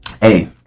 hey